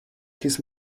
his